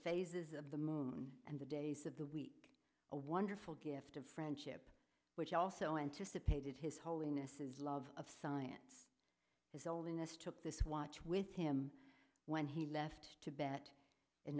phases of the moon and the days of the week a wonderful gift of friendship which also anticipated his holiness's love of science is all in this took this watch with him when he left tibet in